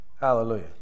Hallelujah